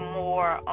more